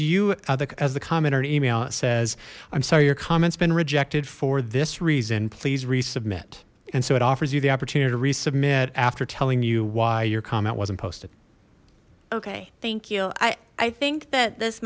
you as the comment or email that says i'm sorry your comments been rejected for this reason please resubmit and so it offers you the opportunity to resubmit after telling you why your comment wasn't posted okay thank you i i think that this